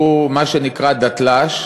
שהוא מה שנקרא דתל"ש,